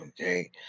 okay